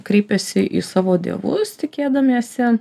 kreipėsi į savo dievus tikėdamiesi